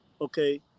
okay